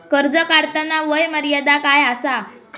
कर्ज काढताना वय मर्यादा काय आसा?